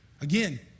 Again